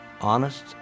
honest